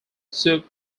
soup